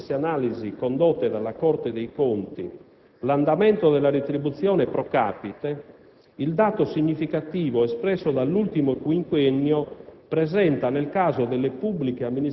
Considerando, come suggeriscono le stesse analisi condotte dalla Corte dei conti, l'andamento della retribuzione *pro capite*, il dato significativo espresso dall'ultimo quinquennio